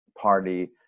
party